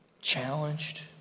challenged